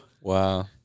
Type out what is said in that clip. Wow